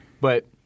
But-